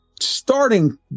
starting